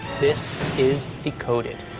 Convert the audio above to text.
this is decoded.